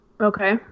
Okay